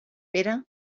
pere